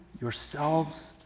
Yourselves